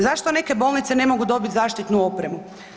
Zašto neke bolnice ne mogu dobiti zaštitnu opremu?